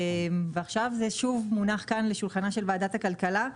עכשיו זה שוב מונח כאן על שולחנה של ועדת הכלכלה,